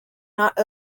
not